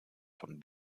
von